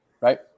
right